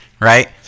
right